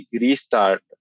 restart